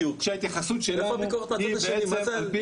שההתייחסות שלנו היא בעצם על פי אמות מידה.